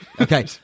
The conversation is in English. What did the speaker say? Okay